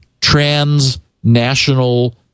transnational